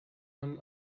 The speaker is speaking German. man